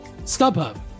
StubHub